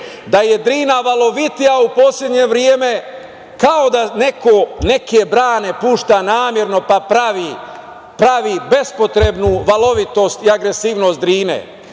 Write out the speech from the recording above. da je Drina valovitija u poslednje vreme, kao da neko neke brane pušta namerno, pa pravi bespotrebnu valovitost i agresivnost